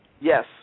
Yes